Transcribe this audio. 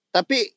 Tapi